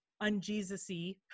un-jesus-y